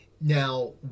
Now